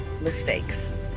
mistakes